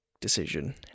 decision